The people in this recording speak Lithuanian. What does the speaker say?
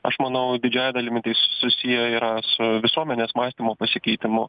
aš manau didžiąja dalimi tai susiję yra su visuomenės mąstymo pasikeitimu